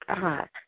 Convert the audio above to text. God